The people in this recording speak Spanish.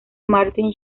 martin